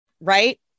Right